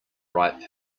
ripe